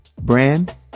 brand